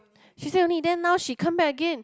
she say only then now she come back again